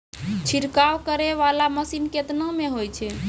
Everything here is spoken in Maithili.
छिड़काव करै वाला मसीन केतना मे होय छै?